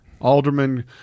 alderman